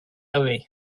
away